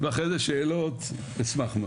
ואחרי זה שאלות אשמח מאוד.